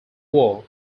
war